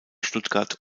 stuttgart